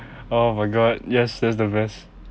oh my god yes that's the best